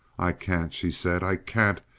i can't, she said, i can't,